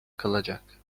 kalacak